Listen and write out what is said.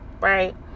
right